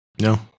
No